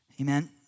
Amen